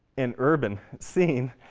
an urban scene,